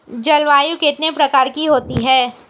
जलवायु कितने प्रकार की होती हैं?